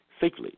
safely